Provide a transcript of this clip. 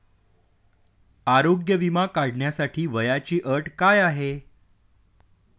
आरोग्य विमा काढण्यासाठी वयाची अट काय आहे?